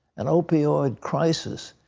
an opioid crisis.